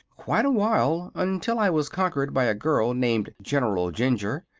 quite awhile, until i was conquered by a girl named general jinjur.